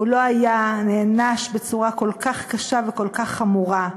הוא לא היה נענש בצורה כל כך קשה וכל כך חמורה.